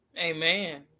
amen